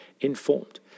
informed